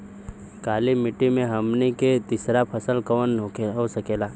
काली मिट्टी में हमनी के तीसरा फसल कवन हो सकेला?